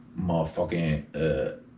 Motherfucking